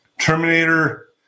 Terminator